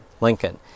Lincoln